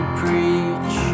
preach